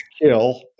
kill